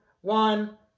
one